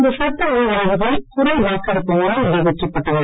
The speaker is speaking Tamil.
இந்த சட்ட முனைவரைவுகள் குரல் வாக்கெடுப்பு மூலம் நிறைவேற்றப்பட்டன